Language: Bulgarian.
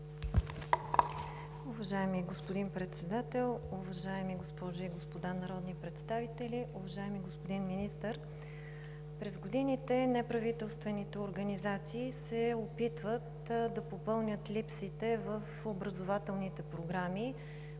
Уважаеми господин Председател, уважаеми госпожи и господа народни представители, уважаеми господин Министър! През годините неправителствените организации се опитват да попълнят липсите в образователните програми